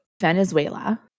Venezuela